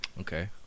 Okay